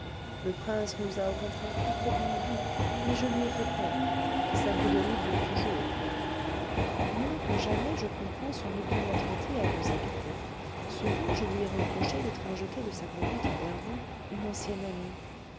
le prince nous a au contraire parfaitement vues mais je lui ai fait peur sa bouderie dure toujours moins que jamais je comprends son opiniâtreté à vous éviter souvent je lui ai reproché l'étrangeté de sa conduite envers vous une ancienne amie